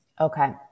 Okay